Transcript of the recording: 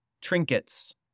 trinkets